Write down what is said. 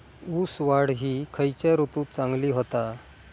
ऊस वाढ ही खयच्या ऋतूत चांगली होता?